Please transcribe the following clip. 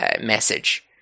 message